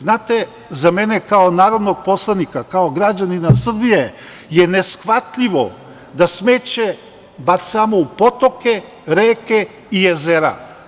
Znate, za mene kao narodnog poslanika, kao građanina Srbije je neshvatljivo da smeće bacamo u potoke, reke i jezera.